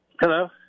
Hello